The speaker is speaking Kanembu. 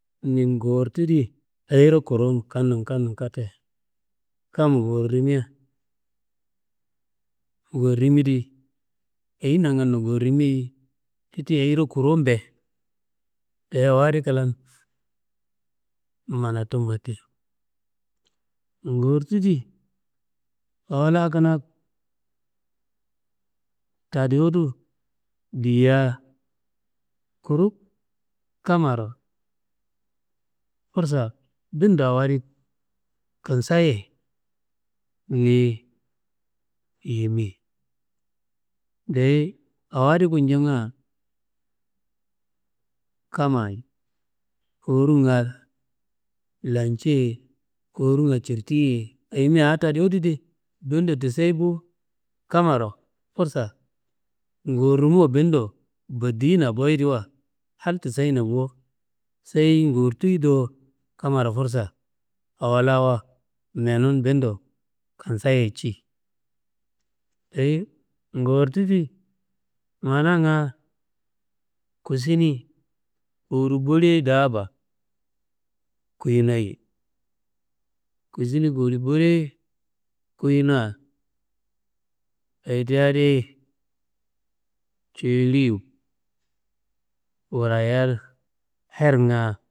Nin gortidi ayiro korun kan- nun kan- nun katte, kam gorrimia gorrimidi ayi nangando gorrimiye ti ti ayiro kurunmbe? Dayi awo di klan, manattu matti. Gortudi awo la kanaa kidewudu diya kuru, kammaro fursa bindo awo adi kissaiye niyi yimi. Dayi awo adi kunjonga, kammayi kowurunga lanji ye koruwunga cirti ye, ayimia awo tadiwududi bindo tissayi bo, kammaro fursa gorrumo bindo bodiyina boyedia, hal tisseyina bo seyi gortuyido kammaro fursa awo lawa menum bindo kissayiye ci. Ayi gortudi mananga kusini koru baliye daaba kuyinoyi, kusini koru baliye kuyina ayi ti adi cuyu liwu wuraya hernga.